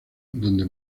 donde